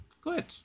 good